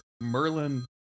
Merlin